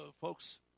folks